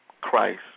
Christ